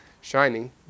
shining